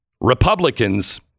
Republicans